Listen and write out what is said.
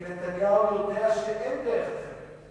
כי נתניהו יודע שאין דרך אחרת,